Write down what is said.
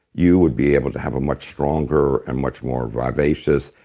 you would be able to have a much stronger, and much more vivacious,